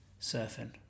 surfing